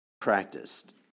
practiced